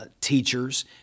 teachers